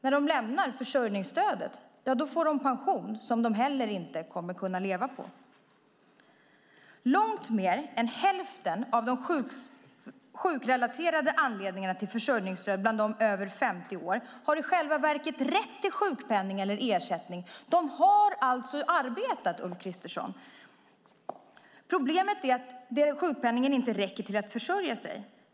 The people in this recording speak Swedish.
När de lämnar försörjningsstödet får de en pension som de inte kommer att kunna leva på. Långt mer än hälften av de över 50 år som har sjukrelaterade anledningar till försörjningsstöd har i själva verket rätt till sjukpenning eller ersättning. De har alltså arbetat, Ulf Kristersson. Problemet är att sjukpenningen inte räcker för att försörja sig.